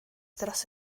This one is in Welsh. dros